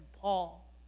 Paul